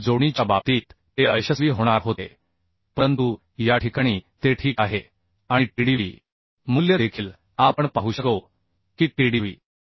bolt जोडणीच्या बाबतीत ते अयशस्वी होणार होते परंतु या ठिकाणी ते ठीक आहे आणि TDV मूल्य देखील आपण पाहू शकतो की TDV